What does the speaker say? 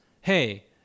Hey